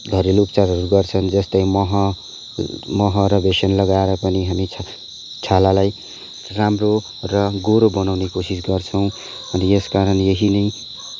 घरेलु उपचारहरू गर्छौँ जस्तै मह मह र बेसन लगाएर पनि हामी छालालाई राम्रो र गोरो बनाउँने कोसिस गर्छौँ अनि यसकारण यही नै